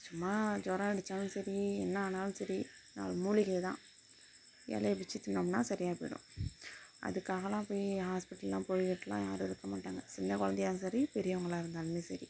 சும்மா ஜொரம் அடித்தாலும் சரி என்ன ஆனாலும் சரி நாலு மூலிகை தான் இலைய பிச்சு தின்னோம்னால் சரியாகி போய்டும் அதுக்காகலாம் போய் ஹாஸ்பிட்டல்லாம் போய்க்கிட்லாம் யாரும் இருக்க மாட்டாங்கள் சின்ன குலந்தையாம் சரி பெரியவங்களாக இருந்தாலுமே சரி